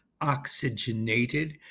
oxygenated